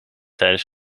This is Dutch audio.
tijdens